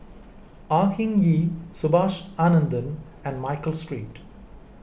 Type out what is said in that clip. Au Hing Yee Subhas Anandan and Michael Street